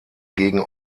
gegen